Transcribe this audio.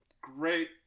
Great